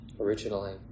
originally